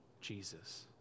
Jesus